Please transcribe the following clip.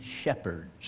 shepherds